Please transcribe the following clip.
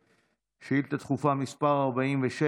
שאילתה דחופה מס' 46,